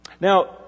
Now